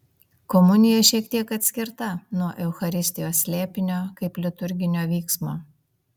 komunija šiek tiek atskirta nuo eucharistijos slėpinio kaip liturginio vyksmo